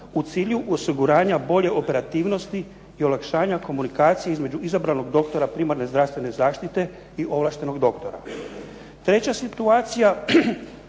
u cilju osiguranja bolje operativnosti i olakšanja komunikacije između izabranog doktora primarne zdravstvene zaštite i ovlaštenog doktora. Treća situacija